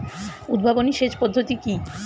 উদ্ভাবনী সেচ পদ্ধতি কি?